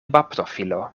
baptofilo